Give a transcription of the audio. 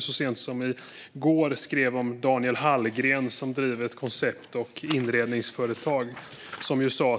Så sent som i går skrev Dagens Nyheter om Daniel Hallgren, som driver ett koncept och inredningsföretag. Han sa: